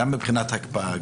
גם מבחינת הקפאה,